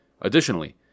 Additionally